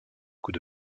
coup